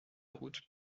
route